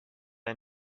ein